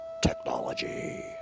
Technology